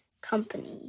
company